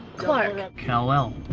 clark? kal-el.